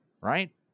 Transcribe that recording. Right